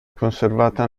conservata